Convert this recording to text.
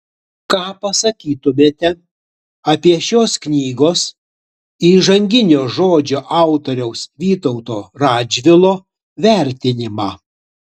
ką pasakytumėte apie šios knygos įžanginio žodžio autoriaus vytauto radžvilo vertinimą